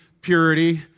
purity